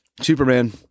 superman